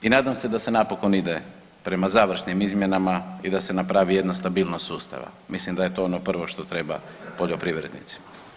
I nadam se da se napokon ide prema završnim izmjenama i da se napravi jedna stabilnost sustava, mislim da je to ono prvo što treba poljoprivrednicima.